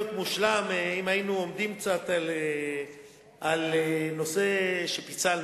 מושלם אם היינו עומדים קצת על נושא שפיצלנו.